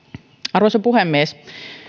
arvoisa puhemies